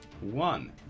One